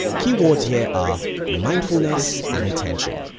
keywords here are mindfulness and attention.